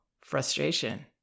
frustration